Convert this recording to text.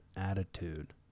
attitude